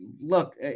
Look